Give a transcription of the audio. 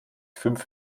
fünf